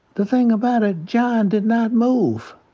the thing about it, john did not move.